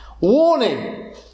Warning